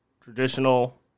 traditional